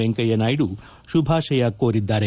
ವೆಂಕಯ್ಯನಾಯ್ಲು ಶುಭಾಶಯ ಕೋರಿದ್ದಾರೆ